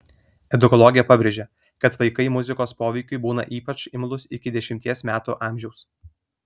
edukologė pabrėžia kad vaikai muzikos poveikiui būna ypač imlūs iki dešimties metų amžiaus